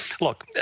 look